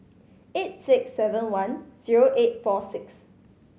eight six seven one zero eight four six